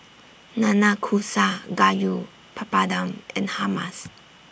Nanakusa Gayu Papadum and Hummus